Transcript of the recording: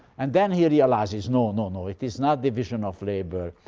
and then he realizes, no, no, no, it is not division of labor,